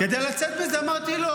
כדי לצאת מזה אמרתי לו: